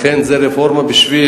לכן זה רפורמה בשביל,